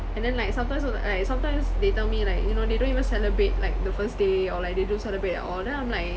and then like sometimes also like sometimes they tell me like you know they don't even celebrate like the first day or like they don't celebrate at all then I'm like